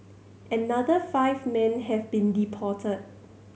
another five men have been deported